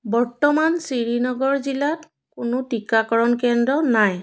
বৰ্তমান শ্ৰীনগৰ জিলাত কোনো টিকাকৰণ কেন্দ্ৰ নাই